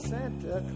Santa